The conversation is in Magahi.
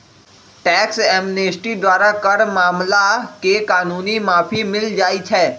टैक्स एमनेस्टी द्वारा कर मामला में कानूनी माफी मिल जाइ छै